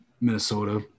Minnesota